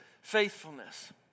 faithfulness